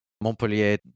Montpellier